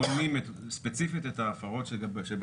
עורך דין תומר רוזנר ביקש שאני אמקד את הדברים שלי,